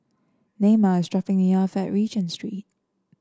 Naima is dropping me off at Regent Street